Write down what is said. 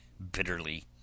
Bitterly